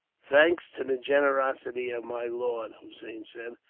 thanks to the generosity of my lord, hossein said,